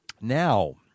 Now